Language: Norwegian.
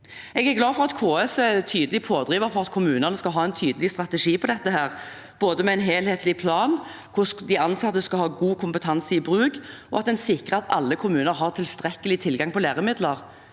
Jeg er glad for at KS er en tydelig pådriver for at kommunene skal ha en tydelig strategi for dette med en helhetlig plan, at de ansatte skal ha god kompetanse i bruk, og at en sikrer at alle kommuner har tilstrekkelig tilgang på læremidler.